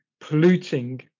polluting